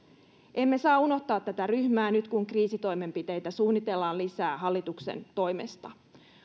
emme saa unohtaa tätä ryhmää nyt kun kriisitoimenpiteitä suunnitellaan lisää hallituksen toimesta